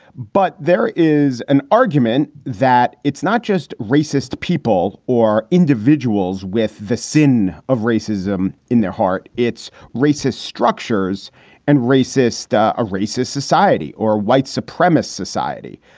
but there is an argument that it's not just racist people or individuals with the sin of racism in their heart. it's racist structures and racist a racist society or white supremacist society.